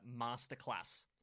Masterclass